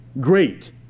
great